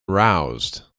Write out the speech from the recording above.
roused